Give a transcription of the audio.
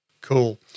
cool